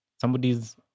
Somebody's